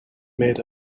made